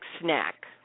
snack